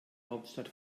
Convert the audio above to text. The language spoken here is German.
hauptstadt